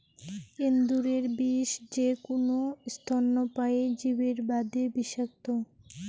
এন্দুরের বিষ যেকুনো স্তন্যপায়ী জীবের বাদে বিষাক্ত,